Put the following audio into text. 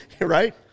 Right